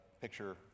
picture